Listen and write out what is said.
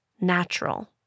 natural